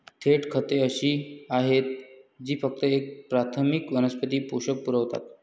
थेट खते अशी आहेत जी फक्त एक प्राथमिक वनस्पती पोषक पुरवतात